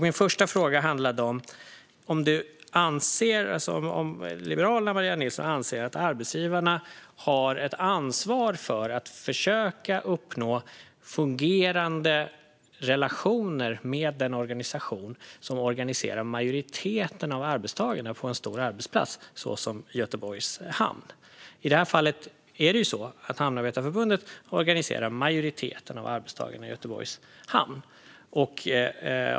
Min första fråga gällde om Liberalerna och Maria Nilsson anser att arbetsgivarna har ett ansvar för att försöka skapa fungerande relationer med en organisation som organiserar majoriteten av arbetstagarna på en stor arbetsplats, såsom Göteborgs hamn. I det här fallet är det Svenska Hamnarbetarförbundet som organiserar majoriteten av arbetstagarna i Göteborgs hamn.